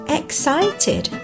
excited